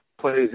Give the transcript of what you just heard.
plays